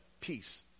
Peace